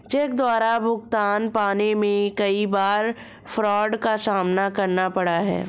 check द्वारा भुगतान पाने में कई बार फ्राड का सामना करना पड़ता है